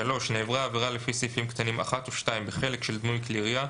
(3)נעברה עבירה לפי סעיפים קטנים (1) או (2) בחלק של דמוי כלי ירייה,